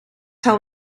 tell